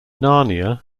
narnia